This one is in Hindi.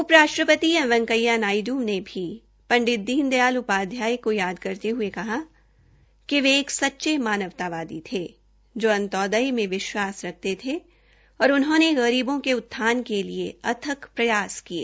उप राष्ट्रपति एम वेकैया नायडू ने भी पंडित दिन दयाल उपाध्याय को याद करते हये कहा कि वे एक सच्चे मानवतावादी थे जो अंत्योदय में विश्वास रखते थे और उन्होंने गरीबों के उत्थान के लिए अथक प्रयास किये